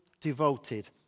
devoted